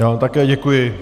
Já vám také děkuji.